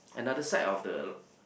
another side of the